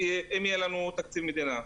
יהיה לנו תקציב מדינה.